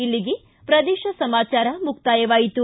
ಇಲ್ಲಿಗೆ ಪ್ರದೇಶ ಸಮಾಚಾರ ಮುಕ್ತಾಯವಾಯಿತು